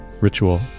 ritual